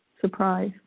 Surprise